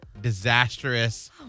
disastrous